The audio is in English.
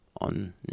on